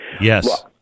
Yes